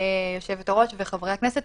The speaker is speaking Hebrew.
היושבת-ראש וחברי הכנסת,